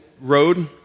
road